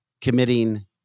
committing